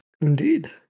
Indeed